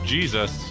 Jesus